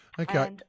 Okay